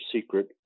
secret